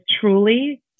truly